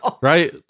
Right